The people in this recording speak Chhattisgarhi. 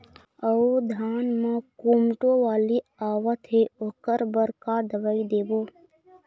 अऊ धान म कोमटो बाली आवत हे ओकर बर का दवई देबो?